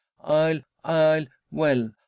I'll—I'll—well